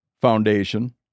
Foundation